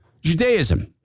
Judaism